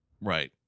Right